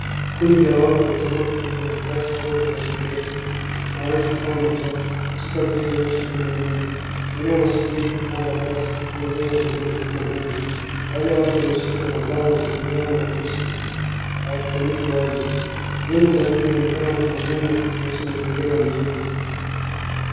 Kundi la watu wamesonga karibu na basi ndogo la abiria maarafu kama matatu katika jijini enye shughuli nyingi. Wengine wanasubiri kupanda basi huku wengine wakiwa wamesimama nje, baadhi ya watu wameshika mabango ingawa mahandishi hafuniki wazi. Jengo la juu inaonekana nyuma ikionyesha mazingira ya mjini.